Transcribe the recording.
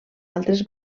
altres